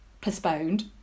postponed